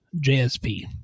JSP